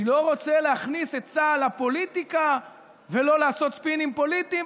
אני לא רוצה להכניס את צה"ל לפוליטיקה ולא לעשות ספינים פוליטיים,